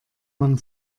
man